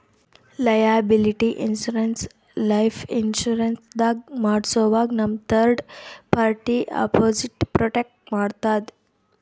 liability insurance life insurance ದಾಗ್ ಮಾಡ್ಸೋವಾಗ್ ನಮ್ಗ್ ಥರ್ಡ್ ಪಾರ್ಟಿ ಅಪೊಸಿಟ್ ಪ್ರೊಟೆಕ್ಟ್ ಮಾಡ್ತದ್